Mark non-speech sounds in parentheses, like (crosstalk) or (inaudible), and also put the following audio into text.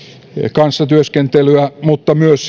kanssa työskentelyä että myös (unintelligible)